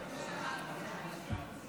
הצעת ועדת החוקה,